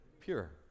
Pure